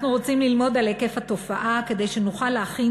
אנחנו רוצים ללמוד על היקף התופעה כדי שנוכל להכין